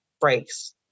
breaks